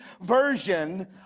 version